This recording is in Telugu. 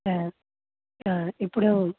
ఇప్పుడు